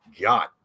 God